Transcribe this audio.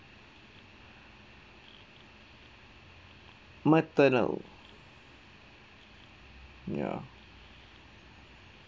maternal ya